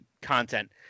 content